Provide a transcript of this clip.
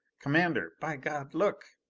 commander! by god look!